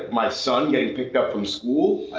my son getting picked up from school,